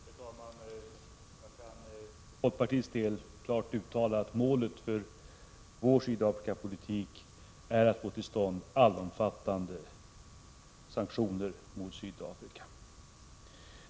Herr talman! Jag kan för folkpartiets del klart uttala att målet för vår Sydafrikapolitik är att få till stånd allomfattande sanktioner mot Sydafrika.